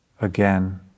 again